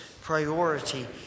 priority